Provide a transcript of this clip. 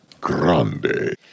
Grande